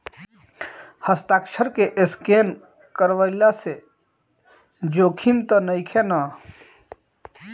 हस्ताक्षर के स्केन करवला से जोखिम त नइखे न?